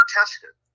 tested